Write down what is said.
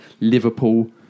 Liverpool